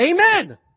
Amen